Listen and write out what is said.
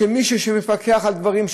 של מישהו שמפקח על דברים,